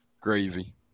gravy